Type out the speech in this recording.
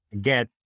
get